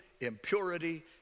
impurity